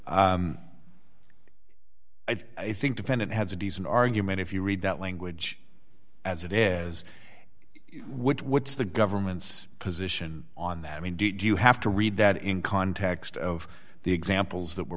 at i think defendant has a decent argument if you read that language as it as you would what's the government's position on that i mean do you have to read that in context of the examples that were